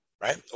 right